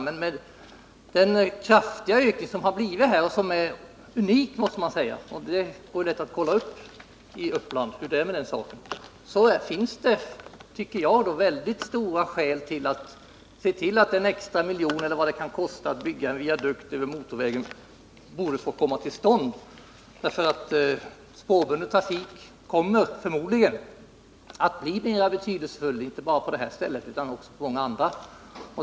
Men med hänsyn till den kraftiga ökning av resandet som här har uppstått och som är unikt — det går lätt att kontrollera hur det är med den saken — finns det starka skäl för att se till att den extra miljon eller vad det kan kosta att bygga en viadukt över motorvägen skaffas fram. Spårbunden trafik kommer förmodligen att bli mer betydelsefull, inte bara på detta ställe utan också på många andra.